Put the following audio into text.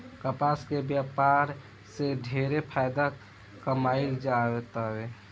कपास के व्यापार से ढेरे फायदा कमाईल जातावे